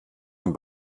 dem